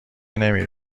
نمی